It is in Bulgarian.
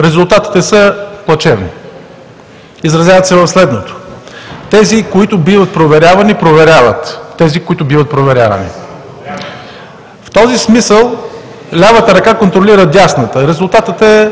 Резултатите са плачевни. Изразяват се в следното: тези, които биват проверявани, проверяват тези, които проверяват. В този смисъл лявата ръка контролира дясната. Резултатът е